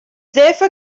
therefore